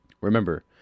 Remember